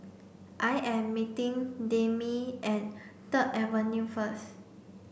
I am meeting Demi at Third Avenue first